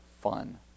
fun